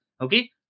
okay